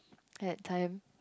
at time